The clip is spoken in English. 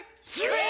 Scream